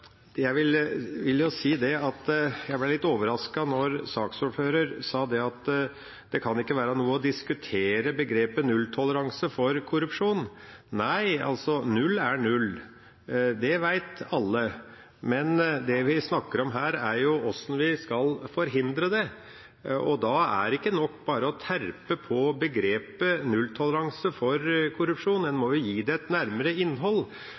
Jeg vil si at jeg ble litt overrasket da saksordføreren sa at begrepet nulltoleranse for korrupsjon ikke kan være noe å diskutere. Nei, null er null, det vet alle, men det vi snakker om her, er hvordan vi skal forhindre det, og da er det ikke nok bare å terpe på begrepet nulltoleranse for korrupsjon, en må gi det et nærmere innhold.